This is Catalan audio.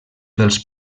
dels